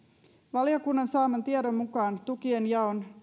valiokunnan saaman tiedon mukaan tukien jaon